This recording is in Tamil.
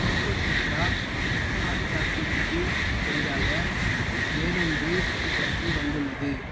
கோகோசுத்ரா ஹாட் சாக்லேட்டுக்குப் பதிலாக வேறொன்று எனக்கு வந்துள்ளது